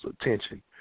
attention